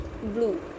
blue